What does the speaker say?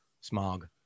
smog